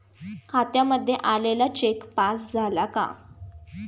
खात्यामध्ये आलेला cheque pass झाला का?